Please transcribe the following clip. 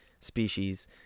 species